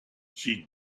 she